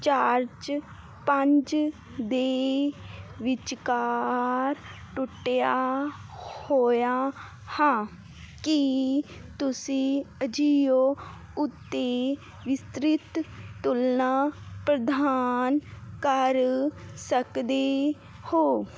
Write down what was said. charge ਪੰਜ ਦੇ ਵਿਚਕਾਰ ਟੁੱਟਿਆ ਹੋਇਆ ਹਾਂ ਕੀ ਤੁਸੀਂ ਅਜੀਓ ਉੱਤੇ ਵਿਸਤ੍ਰਿਤ ਤੁਲਨਾ ਪ੍ਰਦਾਨ ਕਰ ਸਕਦੇ ਹੋ